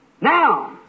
Now